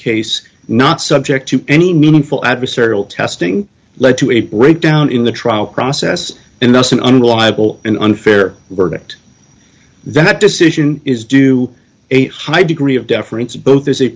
case not subject to any meaningful adversarial testing led to a breakdown in the trial process and thus an unreliable and unfair verdict that decision is due a high degree of deference both as a